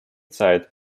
zeit